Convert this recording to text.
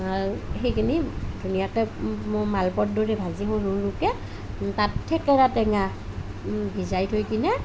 সেইখিনি ধুনীয়াকৈ মালপোৱাৰ দৰে ভাজিব সৰু সৰুকৈ তাত থেকেৰা টেঙা ভিজাই থৈ কিনে